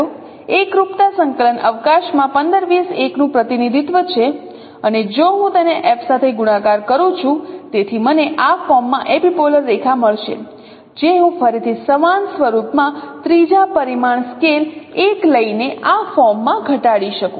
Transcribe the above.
એકરૂપતા સંકલન અવકાશમાં 15 20 1 નું પ્રતિનિધિત્વ છે અને જો હું તેને F સાથે ગુણાકાર કરું છું તેથી મને આ ફોર્મમાં એપિપોલર રેખા મળશે જે હું ફરીથી સમાન સ્વરૂપમાં ત્રીજા પરિમાણ સ્કેલ 1 લઈને આ ફોર્મમાં ઘટાડી શકું